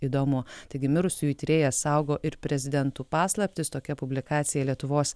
įdomu taigi mirusiųjų tyrėjas saugo ir prezidentų paslaptis tokia publikacija lietuvos